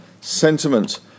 sentiment